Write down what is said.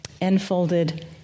enfolded